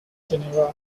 geneva